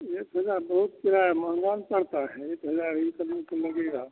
एक हज़ार बहुत किराया महंगा पड़ता है एक हज़ार एक आदमी का लगेगा